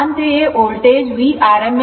ಅಂತೆಯೇ voltage Vrms 0